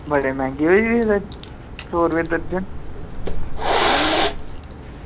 बड़े मैहंगे होई गेदे सौ रपेआ दर्जन